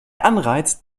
anreiz